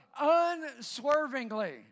Unswervingly